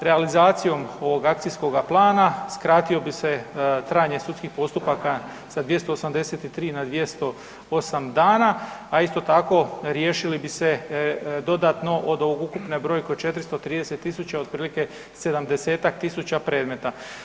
Realizacijom ovog akcijskoga plana skratilo bi se trajanje sudskih postupaka sa 283 na 208 dana, a isto tako riješili bi se dodatno od ukupne brojke od 430.000 otprilike 70-tak tisuća predmeta.